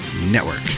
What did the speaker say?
Network